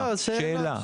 לא, שאלה.